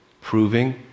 proving